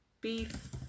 beef